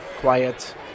quiet